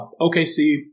OKC